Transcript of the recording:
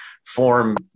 Form